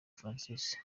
francis